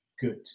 good